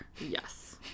Yes